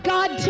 God